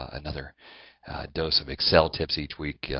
another dose of excel tips each week.